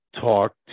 talk